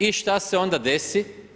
I šta se onda desi?